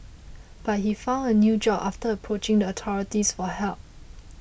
but he found a new job after approaching the authorities for help